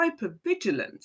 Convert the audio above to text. hypervigilance